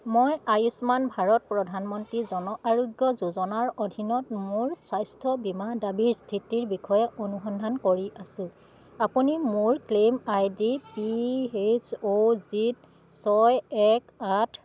মই আয়ুষ্মান ভাৰত প্ৰধানমন্ত্ৰী জন আৰোগ্য যোজনাৰ অধীনত মোৰ স্বাস্থ্য বীমা দাবীৰ স্থিতিৰ বিষয়ে অনুসন্ধান কৰি আছোঁ আপুনি মোৰ claim I D P H O Z ছয় এক আঠ